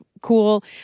cool